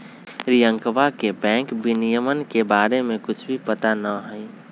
रियंकवा के बैंक विनियमन के बारे में कुछ भी पता ना हई